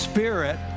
Spirit